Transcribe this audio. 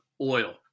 oil